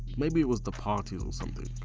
maybe it was the parties or something,